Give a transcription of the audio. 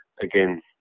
Again